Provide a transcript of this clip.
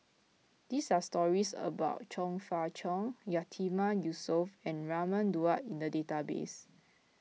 these are stories about Chong Fah Cheong Yatiman Yusof and Raman Daud in the database